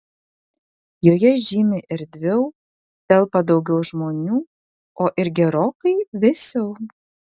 joje žymiai erdviau telpa daugiau žmonių o ir gerokai vėsiau